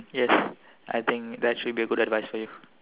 yes I think that should be a good advice for you